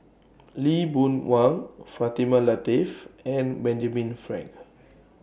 Lee Boon Wang Fatimah Lateef and Benjamin Frank